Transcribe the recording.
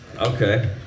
Okay